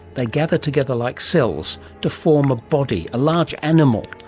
they gather together like cells to form a body, a large animal,